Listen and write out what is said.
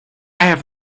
have